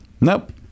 Nope